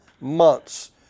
months